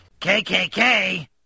KKK